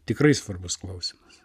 tikrai svarbus klausimas